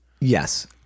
yes